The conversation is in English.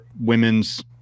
women's